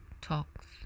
talks